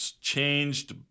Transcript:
changed